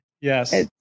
Yes